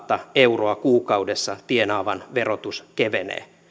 euroa kuukaudessa tienaavan verotus kevenee